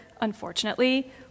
unfortunately